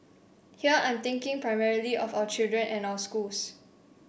here I'm thinking primarily of our children and our schools